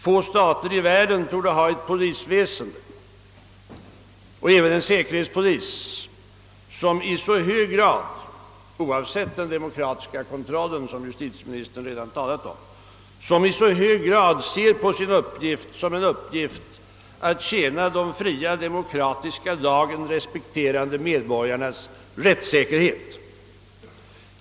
Få stater i världen torde ha ett polisväsende, och även en säkerhetspolis, som i så hög grad, oavsett den demokratiska kontrollen som justitieministern redan talat om, ser på sin uppgift som en plikt att tjäna de fria, demokratiska, lagen respekterande medborgarnas rättssäkerhet.